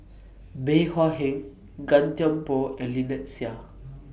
Bey Hua Heng Gan Thiam Poh and Lynnette Seah